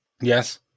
Yes